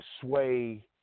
sway